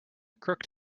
crooked